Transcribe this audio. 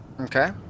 Okay